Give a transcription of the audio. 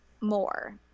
more